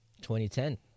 2010